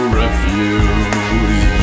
refuse